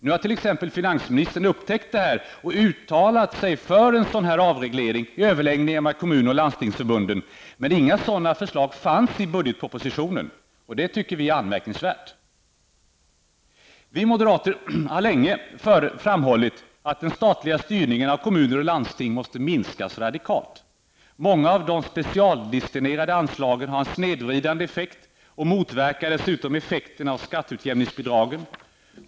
Nu har t.ex. finansministern upptäckt detta och uttalat sig för en sådan här avreglering i överläggningar med kommun och landstingsförbund. Men inga sådana förslag fanns i budgetpropositionen. Det tycker vi är anmärkningsvärt. Vi moderater har länge framhållit att den statliga styrningen av kommuner och landsting måste minskas radikalt. Många av de specialdestinerade anslagen har en snedvridande effekt och motverkar dessutom effekten av skatteutjämningsbidragen.